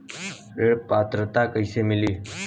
ऋण पात्रता कइसे मिली?